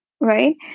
right